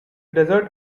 desert